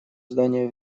здание